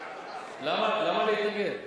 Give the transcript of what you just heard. למה להתנגד?